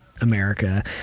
America